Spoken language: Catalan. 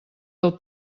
del